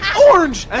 orange,